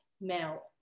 male